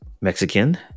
Mexican